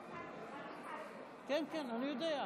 מזל שלא התחלת לדבר איתי, כי אחרת